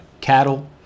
cattle